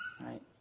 right